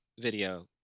video